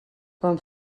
quan